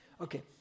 Okay